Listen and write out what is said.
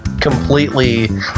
completely